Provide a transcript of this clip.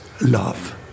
love